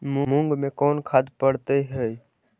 मुंग मे कोन खाद पड़तै है?